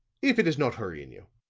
if it is not hurrying you,